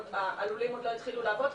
הלולים עוד לא התחילו לעבוד,